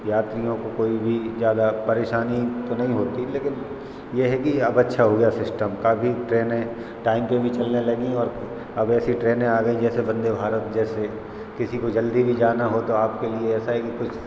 यात्रियों को कोई भी ज़्यादा परेशानी तो नहीं होती लेकिन ये है कि अब अच्छा हो गया सिस्टम काफ़ी ट्रेनें टाइम पे भी चलने लगी और अब ऐसी ट्रेनें आ गई जैसे वंदे भारत जैसे किसी को जल्दी भी जाना हो तो आपके लिए ऐसा है कि कुछ